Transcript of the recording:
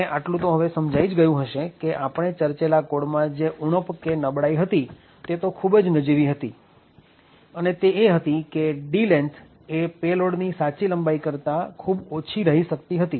તમને આટલું તો હવે સમજાઈ જ ગયું હશે કે આપણે ચર્ચેલા કોડમાં જે ઉણપ કે નબળાઈ હતી તે તો ખુબ જ નજીવી હતી અને તે એ હતી કે d length એ પેલોડની સાચી લંબાઈ કરતા ખુબ ઓછી રહી શકતી હતી